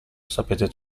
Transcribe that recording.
sapete